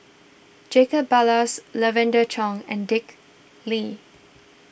Jacob Ballas Lavender Chang and Dick Lee